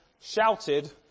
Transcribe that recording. shouted